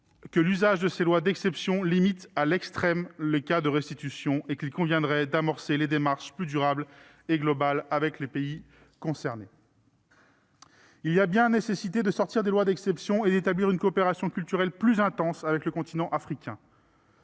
que l'usage de ces lois d'exception « limite à l'extrême les cas de restitution » et qu'il conviendrait d'amorcer des démarches plus durables et globales avec les pays concernés. Il y a bien nécessité de sortir des lois d'exception et d'établir une coopération culturelle plus intense avec le continent africain.